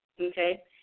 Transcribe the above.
Okay